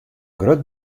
grut